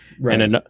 Right